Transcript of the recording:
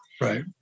Right